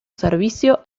servicio